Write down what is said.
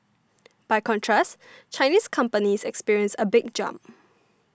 by contrast Chinese companies experienced a big jump